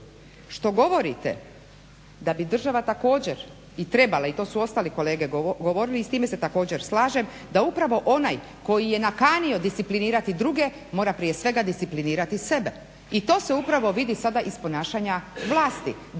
što govorite da bi država također i trebala i to su ostali kolege govorili i s time se također slažem, da upravo onaj koji je nakanio disciplinirati druge mora prije svega disciplinirati sebe i to se upravo vidi sada iz ponašanja vlasti,